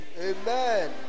Amen